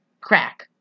crack